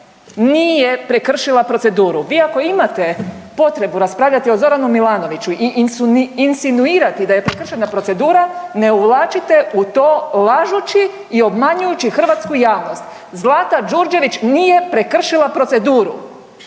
Zlata Đurđević nije, nije prekršila proceduru, vi ako imate potrebu raspravljati o Zoranu Milanoviću i insinuirati da je prekršena procedura ne uvlačite u to lažući i obmanjujući hrvatsku javnost. Zlata Đurđević nije prekršila proceduru.